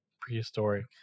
prehistoric